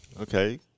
Okay